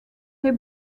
they